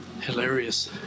hilarious